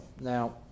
Now